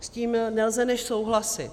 S tím nelze než souhlasit.